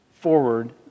forward